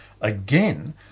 Again